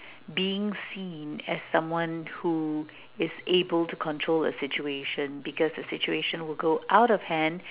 being seen as someone who is able to control a situation because a situation will go out of hand